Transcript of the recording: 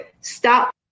stop